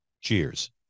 Cheers